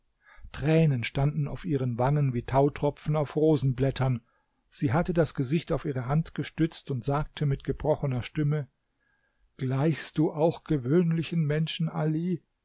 tränen standen auf ihren wangen wie tautropfen auf rosenblättern sie hatte das gesicht auf ihre hand gestützt und sagte mit gebrochener stimme gleichst du auch gewöhnlichen menschen ali